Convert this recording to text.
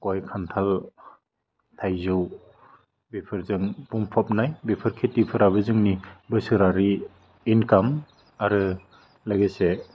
गय खान्थाल थाइजौ बेफोरजों बुंफबनाय बेफोर खिथिफ्राबो जोंनि बोसोरारि इनकाम आरो लोगोसे